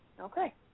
Okay